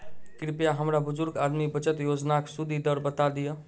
कृपया हमरा बुजुर्ग आदमी बचत योजनाक सुदि दर बता दियऽ